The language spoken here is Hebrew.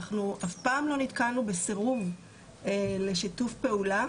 אנחנו אף פעם לא נתקלנו בסירוב לשיתוף פעולה.